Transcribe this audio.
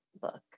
book